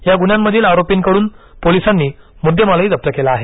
या गुन्ह्यांमधील आरोपींकडून पोलिसांनी मुद्देमालही जप्त केला आहे